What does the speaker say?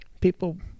People